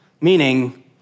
meaning